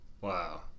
Wow